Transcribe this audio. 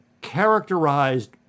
characterized